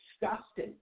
disgusting